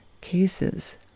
cases